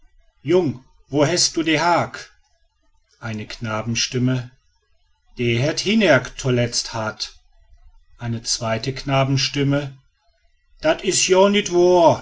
jung wo hest du de hark eine knabenstimme de hett hinnerk toletz hatt eine zweite knabenstimme dat is